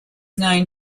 known